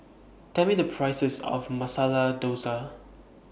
Tell Me The Price of Masala Dosa